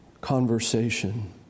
conversation